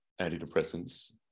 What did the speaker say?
antidepressants